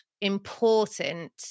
Important